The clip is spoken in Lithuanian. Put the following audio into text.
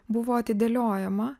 buvo atidėliojama